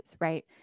right